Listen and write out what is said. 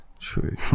True